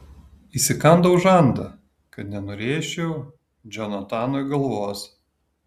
įsikandau žandą kad nenurėžčiau džonatanui galvos